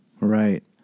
Right